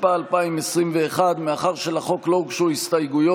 התשפ"א 2021. מאחר שלחוק לא הוגשו הסתייגויות,